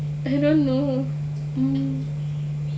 I don't know